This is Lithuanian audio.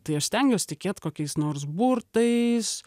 tai aš stengiuos tikėt kokiais nors burtais